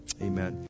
amen